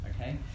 okay